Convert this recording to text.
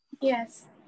Yes